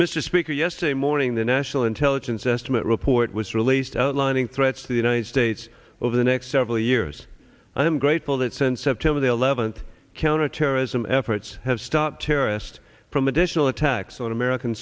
mr speaker yesterday morning the national intelligence estimate report was released outlining threats to the united states over the next several years and i'm grateful that cent september the eleventh counterterrorism efforts have stop terrorists from additional attacks on american